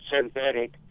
synthetic